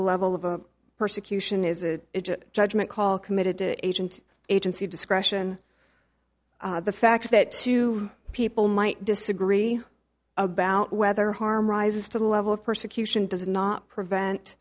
the level of a persecution is a judgement call committed to agent agency discretion the fact that two people might disagree about whether harm rises to the level of persecution does not prevent